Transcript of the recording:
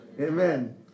Amen